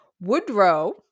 Woodrow